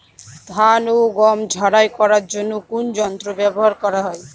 ধান ও গম ঝারাই করার জন্য কোন কোন যন্ত্র ব্যাবহার করা হয়?